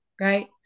Right